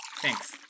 Thanks